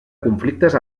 conflictes